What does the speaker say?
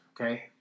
okay